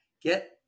get